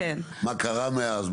מה קרה מאז?